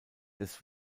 des